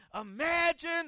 Imagine